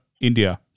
India